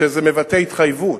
שזה מבטא התחייבות.